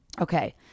Okay